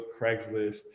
craigslist